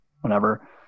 whenever